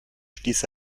stieß